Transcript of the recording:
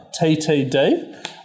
TTD